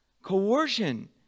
coercion